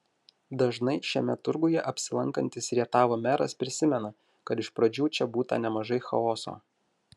dažnai šiame turguje apsilankantis rietavo meras prisimena kad iš pradžių čia būta nemažai chaoso